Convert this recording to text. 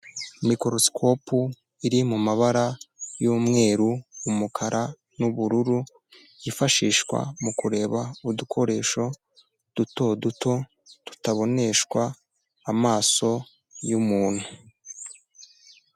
Mikorosikopu iri mu mabara y'umweru, umukara n'ubururu, yifashishwa mu kureba udukoresho duto duto, tutaboneshwa amaso y'umuntu.